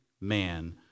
man